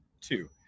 two